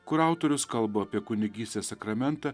kur autorius kalba apie kunigystės sakramentą